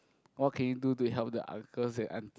what can you do to help the uncles and aunties